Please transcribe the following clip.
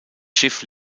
schiff